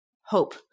hope